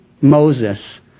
Moses